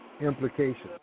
implications